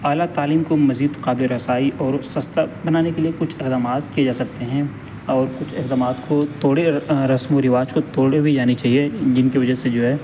اعلیٰ تعلیم کو مزید قابل رسائی اور سستا بنانے کے لیے کچھ اقدامات کیے جا سکتے ہیں اور کچھ اقدامات کو توڑے رسم و رواج کو توڑے بھی جانی چاہیے جن کی وجہ سے جو ہے